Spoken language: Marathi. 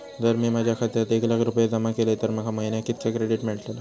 जर मी माझ्या खात्यात एक लाख रुपये जमा केलय तर माका महिन्याक कितक्या क्रेडिट मेलतला?